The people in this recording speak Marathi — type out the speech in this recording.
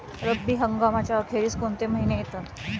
रब्बी हंगामाच्या अखेरीस कोणते महिने येतात?